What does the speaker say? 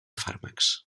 fàrmacs